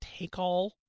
Takeall